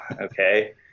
okay